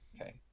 Okay